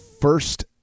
first